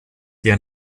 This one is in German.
der